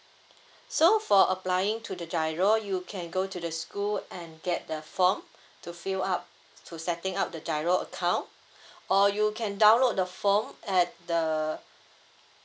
so for applying to the GIRO you can go to the school and get the form to fill up to setting up the GIRO account or you can download the form at the